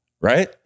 right